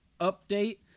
update